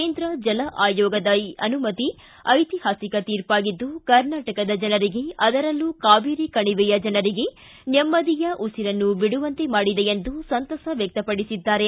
ಕೇಂದ್ರ ಜಲ ಅಯೋಗದ ಈ ಅನುಮತಿ ಐತಿಹಾಸಿಕ ತೀರ್ಪಾಗಿದ್ದು ಕರ್ನಾಟಕದ ಜನರಿಗೆ ಅದರಲ್ಲೂ ಕಾವೇರಿ ಕಣಿವೆಯ ಜನರಿಗೆ ನೆಮ್ಮದಿಯ ಉಸಿರನ್ನು ಬಿಡುವಂತೆ ಮಾಡಿದೆ ಎಂದು ಸಂತಸ ವ್ಯಕ್ತಪಡಿಸಿದ್ದಾರೆ